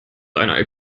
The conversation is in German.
eine